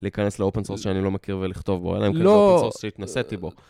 להיכנס לאופן סורס שאני לא מכיר ולכתוב בו, לא...אלא אם כן זה אופן סורס שהתנסיתי בו.